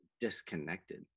disconnected